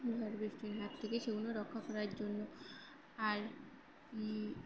ঝড় বৃষ্টির হাত থেকে সেগুলো রক্ষা করার জন্য আর